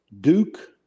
Duke